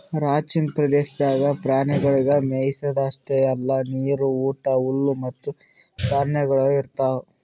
ranching ಪ್ರದೇಶದಾಗ್ ಪ್ರಾಣಿಗೊಳಿಗ್ ಮೆಯಿಸದ್ ಅಷ್ಟೆ ಅಲ್ಲಾ ನೀರು, ಊಟ, ಹುಲ್ಲು ಮತ್ತ ಧಾನ್ಯಗೊಳನು ಇರ್ತಾವ್